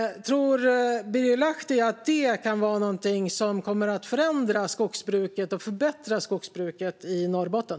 Tror Birger Lahti att det kan vara någonting som kommer att förändra och förbättra skogsbruket i Norrbotten?